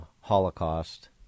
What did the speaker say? Holocaust